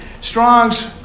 Strong's